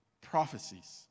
prophecies